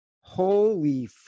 Holy